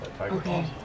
Okay